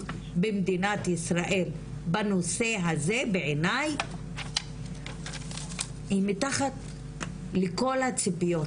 במדינת ישראל בנושא הזה בעיני היא מתחת לכל הציפיות